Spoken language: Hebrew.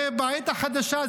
זה בעת החדשה,